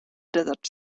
desert